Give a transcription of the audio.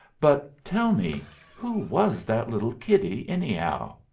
but tell me who was that little kiddie anyhow?